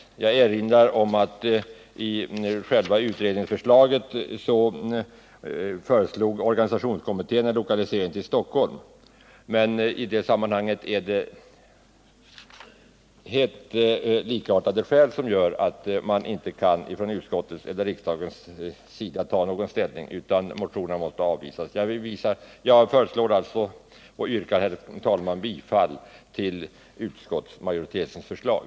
Jag erinrar om att i själva utredningsförslaget föreslog organisationskommittén en lokalisering till Stockholm. Men i det fallet är det helt likartade skäl som gör att man inte från utskottets eller riksdagens sida kan ta ställning. Motionerna måste alltså avvisas. Jag yrkar sålunda, herr talman, bifall till utskottsmajoritetens förslag.